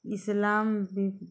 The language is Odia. ଇସ୍ଲାମ୍ ବି